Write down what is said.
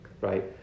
right